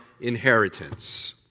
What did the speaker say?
inheritance